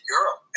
Europe